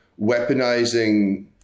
weaponizing